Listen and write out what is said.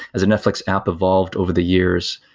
as a netflix app evolved over the years,